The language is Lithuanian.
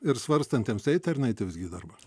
ir svarstantiems eiti ar neiti visgi į darbą